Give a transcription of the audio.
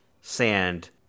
sand